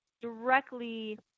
directly